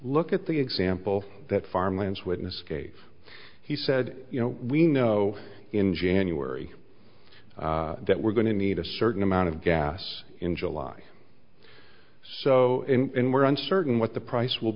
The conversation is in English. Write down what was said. look at the example that farmlands witness gave he said you know we know in january that we're going to need a certain amount of gas in july so we're uncertain what the price will